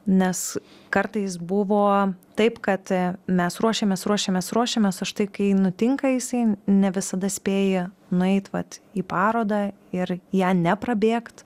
nes kartais buvo taip kad mes ruošiamės ruošiamės ruošiamės o štai kai nutinka jisai ne visada spėji nueit vat į parodą ir ją ne prabėgt